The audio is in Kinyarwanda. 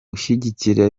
gushyigikira